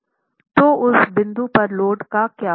तो उस बिंदु पर लोड का क्या होगा